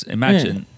imagine